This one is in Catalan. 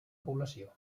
població